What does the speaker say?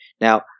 Now